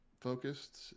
focused